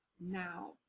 now